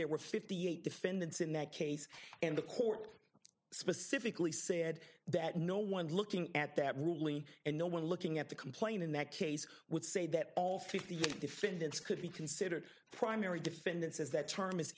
there were fifty eight defendants in that case and the court specifically said that no one looking at that ruling and no one looking at the complaint in that case would say that all fifty eight defendants could be considered primary defendants is that term is